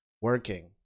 working